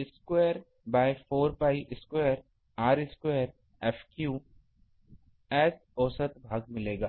square by 8 pi square r square F S औसत भाग है